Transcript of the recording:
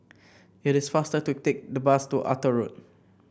it is faster to take the bus to Arthur Road